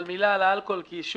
בר אקטיבי זה